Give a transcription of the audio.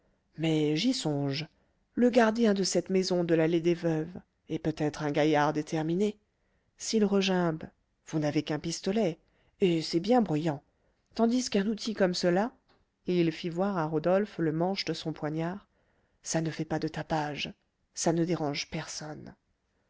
mais j'y songe le gardien de cette maison de l'allée des veuves est peut-être un gaillard déterminé s'il regimbe vous n'avez qu'un pistolet et c'est bien bruyant tandis qu'un outil comme cela et il fit voir à rodolphe le manche de son poignard ça ne fait pas de tapage ça ne dérange personne